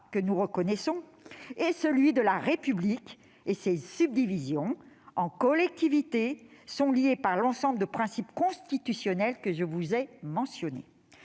que nous reconnaissons est celui de la République et ses subdivisions en collectivités sont liées par l'ensemble des principes constitutionnels que j'ai mentionnés.